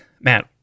Matt